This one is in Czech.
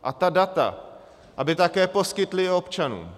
A ta data, aby také poskytli i občanům.